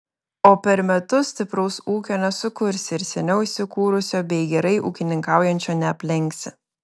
o per metus stipraus ūkio nesukursi ir seniau įsikūrusio bei gerai ūkininkaujančio neaplenksi